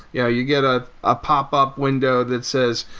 yeah you get a ah popup window that says,